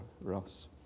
Ross